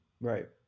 Right